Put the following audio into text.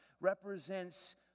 represents